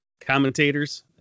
commentators